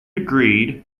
agreed